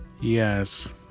Yes